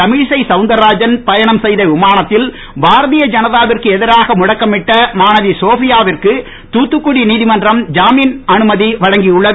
தமிழிசை சவுந்தர்ராஜன் பயணம் செய்த விமானத்தில் பாரதிய ஜனதா விற்கு எதிராக முழக்கமிட்ட மாணவி சோபியா விற்கு தூத்துக்குடி நீதிமன்றம் ஜாமீன் அனுமதி வழங்கியுள்ளது